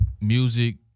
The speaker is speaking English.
music